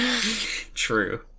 True